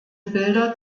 bilder